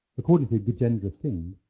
according to gajendra singh,